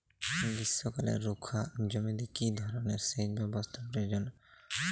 গ্রীষ্মকালে রুখা জমিতে কি ধরনের সেচ ব্যবস্থা প্রয়োজন?